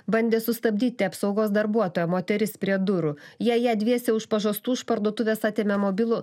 bandė sustabdyti apsaugos darbuotoja moteris prie durų jie ją dviese už pažastų iš parduotuvės atėmė mobilų